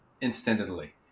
instantly